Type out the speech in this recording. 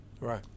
Right